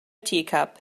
teacup